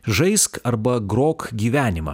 žaisk arba grok gyvenimą